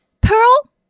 Pearl